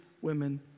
women